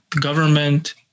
government